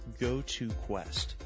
GoToQuest